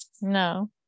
no